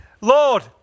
Lord